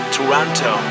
Toronto